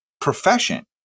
profession